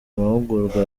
mahugurwa